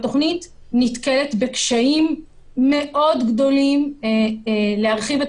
הוא שהתוכנית נתקלת בקשיים מאוד גדולים להרחיב את